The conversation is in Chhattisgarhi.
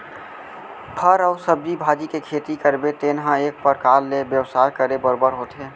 फर अउ सब्जी भाजी के खेती करबे तेन ह एक परकार ले बेवसाय करे बरोबर होथे